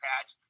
patch